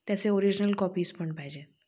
त्याचे original copies पण पाहिजे